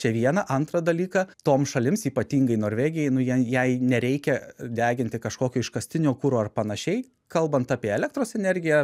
čia viena antrą dalyką toms šalims ypatingai norvegijai nu jai jai nereikia deginti kažkokio iškastinio kuro ar panašiai kalbant apie elektros energiją